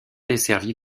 desservie